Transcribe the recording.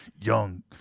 young